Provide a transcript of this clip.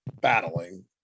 battling